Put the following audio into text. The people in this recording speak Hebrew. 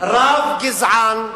רב-גזען.